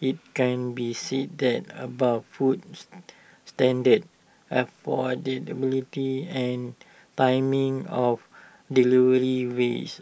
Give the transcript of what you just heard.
IT can be said that about food standard affordability and timing of delivery wise